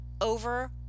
over